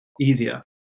easier